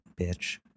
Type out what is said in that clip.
bitch